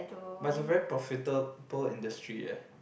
but it's a very profitable industry eh